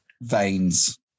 veins